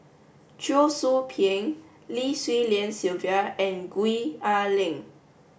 Cheong Soo Pieng Lim Swee Lian Sylvia and Gwee Ah Leng